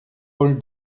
paul